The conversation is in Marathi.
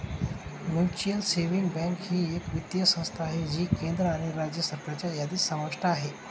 म्युच्युअल सेविंग्स बँक ही एक वित्तीय संस्था आहे जी केंद्र आणि राज्य सरकारच्या यादीत समाविष्ट आहे